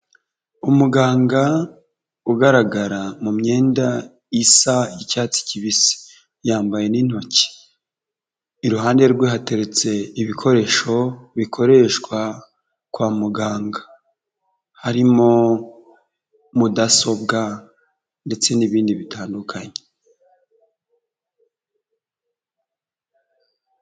Umuganga ugaragara mu myenda isa icyatsi kibisi, yambaye n'intoki, iruhande rwe hateretse ibikoresho bikoreshwa kwa muganga harimo mudasobwa ndetse n'ibindi bitandukanye.